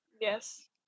Yes